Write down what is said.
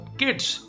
kids